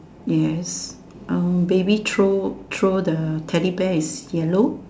yes oh baby throw throw the Teddy bear is yellow